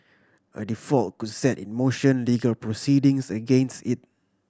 a default could set in motion legal proceedings against it